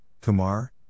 Kumar